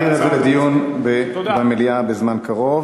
אנחנו נעביר את זה לדיון במליאה בזמן קרוב.